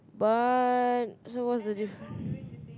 but so what's the difference